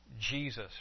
Jesus